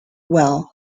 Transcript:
well